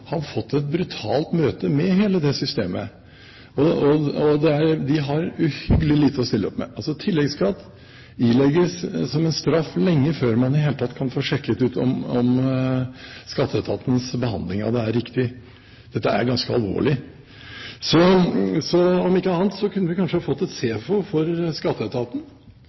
fått et brutalt møte med hele systemet, og de har uhyggelig lite å stille opp med. Tilleggsskatt ilegges som en straff lenge før man i det hele tatt kan få sjekket om Skatteetatens behandling av det er riktig. Dette er ganske alvorlig. Så om ikke annet kunne vi kanskje fått et SEFO for Skatteetaten.